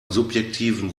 subjektiven